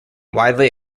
widely